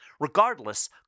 Regardless